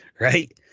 right